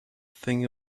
thing